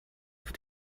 auf